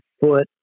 foot